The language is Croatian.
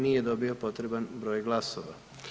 Nije dobio potreban broj glasova.